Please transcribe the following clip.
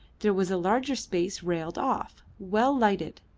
there was a larger space railed off, well lighted